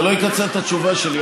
זה לא יקצר את התשובה שלי,